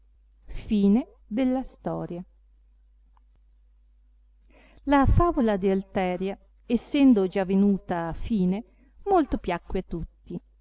avenir suole la favola di alteria essendo già venuta a fine molto piacque a tutti